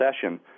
session